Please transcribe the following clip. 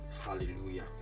Hallelujah